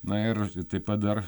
na ir taip pat dar